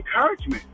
encouragement